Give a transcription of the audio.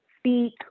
speak